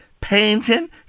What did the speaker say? painting